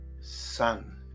son